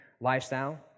lifestyle